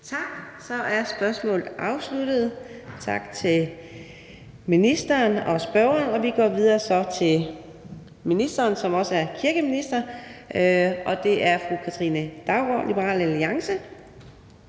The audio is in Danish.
Tak. Så er spørgsmålet afsluttet. Tak til ministeren og til spørgeren. Vi går så videre til det næste spørgsmål til ministeren, som også er kirkeminister, og det er fra fru Katrine Daugaard, Liberal Alliance.